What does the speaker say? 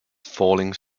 falling